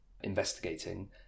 investigating